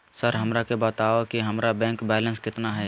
Sir हमरा के बताओ कि हमारे बैंक बैलेंस कितना है?